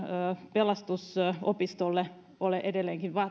pelastusopistolle ole edelleenkin